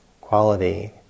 quality